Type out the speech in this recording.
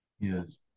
Yes